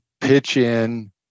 pitch-in